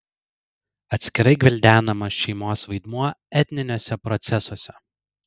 atskirai gvildenamas šeimos vaidmuo etniniuose procesuose